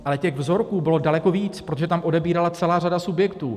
Ale těch vzorků bylo daleko víc, protože tam odebírala celá řada subjektů.